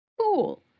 Cool